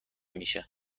میشه